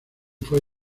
fue